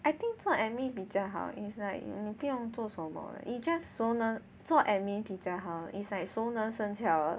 I think 做 admin 比较好 is like 你不用做什么 you just 熟能做 admin 比较好 it's like 熟能生巧